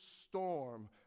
storm